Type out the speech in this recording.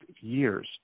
years